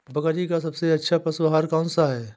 बकरी का सबसे अच्छा पशु आहार कौन सा है?